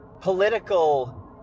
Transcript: political